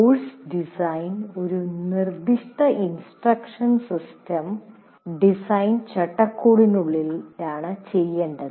course design ഒരു നിർദ്ദിഷ്ട instructional system design ചട്ടക്കൂടിനുള്ളിലാണ് ചെയ്യേണ്ടത്